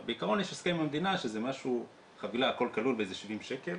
בעקרון יש הסכם עם המדינה של חבילה הכל כלול ב-70 שקל,